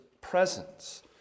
presence